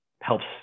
helps